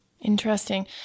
Interesting